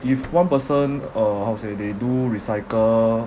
if one person uh how to say they do recycle